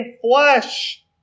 flesh